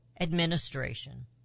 administration